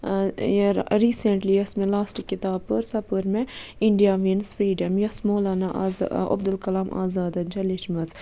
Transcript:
recently یۄس مےٚ last کِتاب پٔر سۄ پٔر مےٚ اِنٛڈیا میٖنز فریٖڈَم یۄس مولانا آزا عبدُالکلام آزادَن چھِ لیٚچھمٕژ